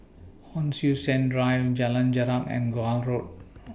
Hon Sui Sen Drive Jalan Jarak and Gul Road